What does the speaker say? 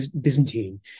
Byzantine